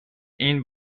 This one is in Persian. این